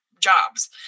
jobs